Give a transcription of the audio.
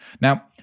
Now